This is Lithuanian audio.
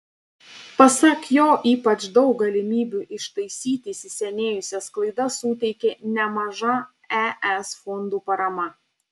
pasak jo ypač daug galimybių ištaisyti įsisenėjusias klaidas suteikė nemaža es fondų parama